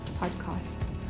podcasts